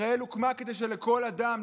ישראל הוקמה כדי שלכל אדם,